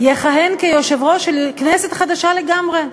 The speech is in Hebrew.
יכהן כיושב-ראש של כנסת חדשה לגמרי?